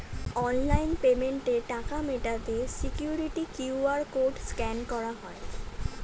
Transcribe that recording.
online পেমেন্টে টাকা মেটাতে সিকিউরিটি কিউ.আর কোড স্ক্যান করতে হয়